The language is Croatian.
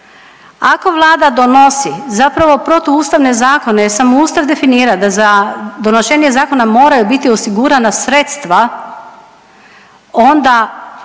Ako Vlada donosi zapravo protuustavne zakone jer sam ustav definira da za donošenje zakona moraju biti osigurana sredstva onda